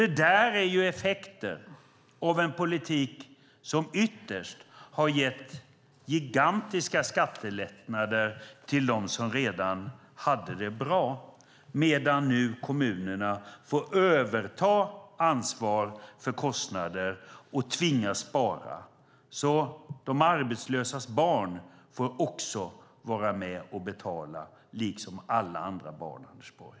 Det är effekter av en politik som ytterst har gett gigantiska skattelättnader till dem som redan hade det bra. Nu får kommunerna överta ansvaret för kostnaderna och tvingas spara. De arbetslösas barn får också vara med och betala, liksom alla andra barn, Anders Borg.